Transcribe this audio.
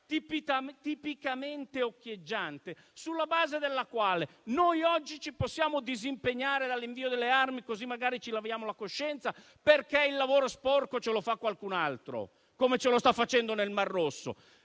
tipicamente occhieggiante, sulla base della quale oggi ci possiamo disimpegnare dall'invio delle armi, così magari ci laviamo la coscienza, perché il lavoro sporco ce lo fa qualcun altro, come sta avvenendo nel Mar Rosso,